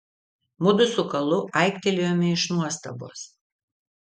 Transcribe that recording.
mudu su kalu aiktelėjome iš nuostabos